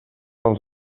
als